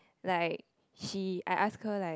like she I ask her like